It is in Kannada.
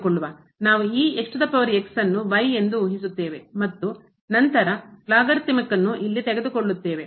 ನಾವು ಈ ಅನ್ನು ಮತ್ತು ನಂತರ ಲಾಗರಿಥಮಿಕ್ ಅನ್ನು ಇಲ್ಲಿ ತೆಗೆದುಕೊಳ್ಳುತ್ತೇವೆ